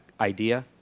idea